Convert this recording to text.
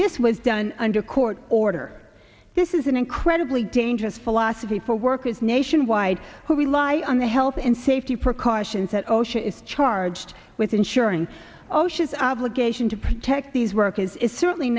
this was done under court order this is an incredibly dangerous philosophy for workers nationwide who rely on the health and safety precautions that osha is charged with ensuring osha's obligation to protect these work is is certainly